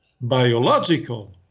biological